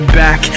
back